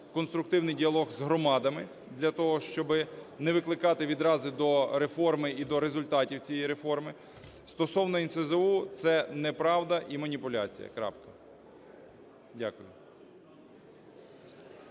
конструктивний діалог з громадами для того, щоб не викликати відрази до реформи і до результатів цієї реформи. Стосовно НСЗУ. Це неправда і маніпуляція.